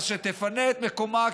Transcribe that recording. אז שתפנה את מקומה,